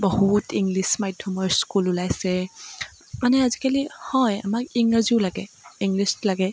বহুত ইংলিছ মাধ্যমৰ স্কুল ওলাইছে মানে আজিকালি হয় আমাক ইংৰাজীও লাগে ইংলিছ লাগে